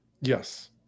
Yes